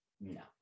No